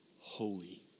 holy